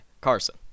Carson